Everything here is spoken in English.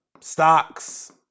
stocks